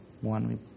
one